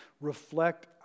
reflect